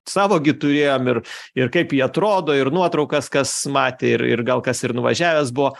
savo gi turėjom ir ir kaip ji atrodo ir nuotraukas kas matė ir ir gal kas ir nuvažiavęs buvo